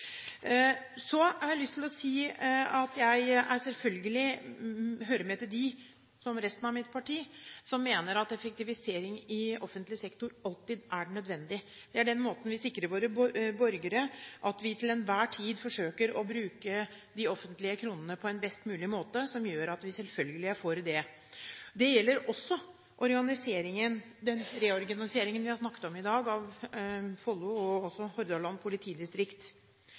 Så har jeg lyst til å si at jeg selvfølgelig, som resten av mitt parti, hører med til dem som mener at effektivisering i offentlig sektor alltid er nødvendig. Det er på den måten vi sikrer våre borgere at vi til enhver tid forsøker å bruke de offentlige kronene på en best mulig måte. Vi er selvfølgelig for det. Det gjelder også den reorganiseringen vi har snakket om i dag av Follo politidistrikt og også Hordaland politidistrikt.